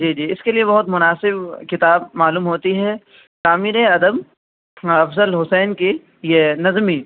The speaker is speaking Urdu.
جی جی اس کے لیے بہت مناسب کتاب معلوم ہوتی ہے تعمیر ادب افضل حسین کی یہ نظمی